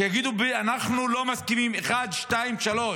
שיגידו: אנחנו לא מסכימים 3,2 ,1,